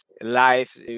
life